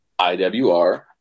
IWR